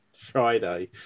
friday